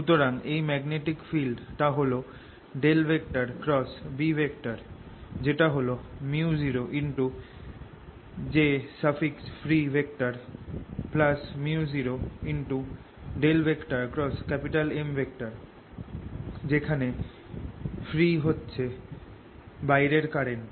সুতরাং এই magnetic field টা হল B যেটা হল µ0jfree µ0M যেখানে free হচ্ছে বাইরের কারেন্ট